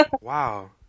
Wow